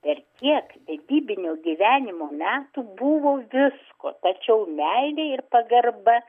ir kiek vedybinio gyvenimo metų buvo visko tačiau meilė ir pagarba